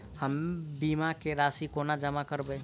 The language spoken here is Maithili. हम बीमा केँ राशि कोना जमा करबै?